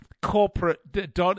Corporate –